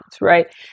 right